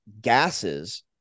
gases